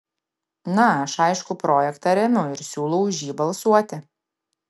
na aš aišku projektą remiu ir siūlau už jį balsuoti